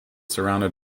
surrounded